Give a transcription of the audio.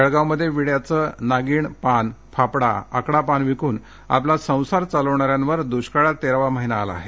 जळगावमध्ये विड्याचंनागीण पान फापडा आकडा पान विकून आपला संसार चालवणाऱ्यांवर दुष्काळात तेरावा महिना आला आहे